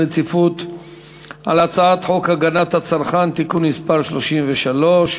רציפות על הצעת חוק הגנת הצרכן (תיקון מס' 33),